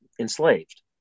enslaved